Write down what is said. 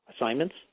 assignments